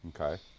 Okay